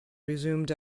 resumed